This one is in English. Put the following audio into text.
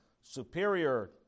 superior